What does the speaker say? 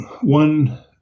one